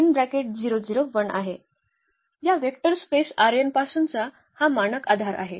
या vector space पासूनचा हा मानक आधार आहे